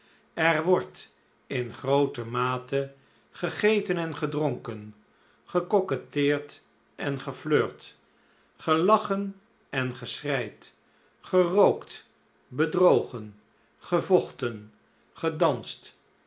er wordt in groote mate gegeten en gedronken gecoquetteerd en geflirt gelachen en geschreid gerookt bedrogen gevochten gedanst